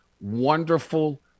wonderful